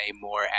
more